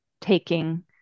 taking